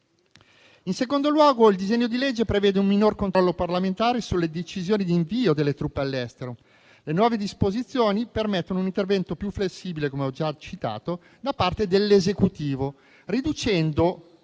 In secondo luogo, il disegno di legge prevede un minor controllo parlamentare sulle decisioni di invio delle truppe all'estero. Le nuove disposizioni permettono un intervento più flessibile - come ho già citato - da parte dell'Esecutivo, riducendo